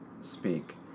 speak